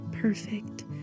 Perfect